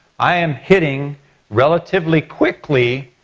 i am hitting relatively quickly,